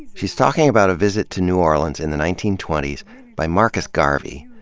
she's talking about a visit to new orleans in the nineteen twenty s by marcus garvey,